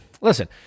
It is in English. Listen